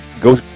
go